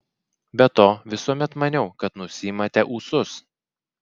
be to visuomet maniau kad nusiimate ūsus